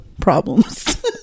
problems